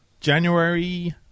January